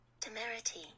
Temerity